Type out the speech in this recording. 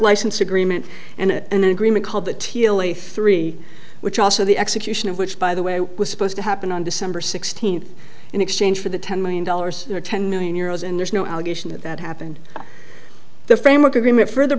license agreement and an agreement called the t l a three which also the execution of which by the way was supposed to happen on december sixteenth in exchange for the ten million dollars or ten million euros and there's no allegation that that happened the framework agreement further